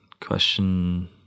question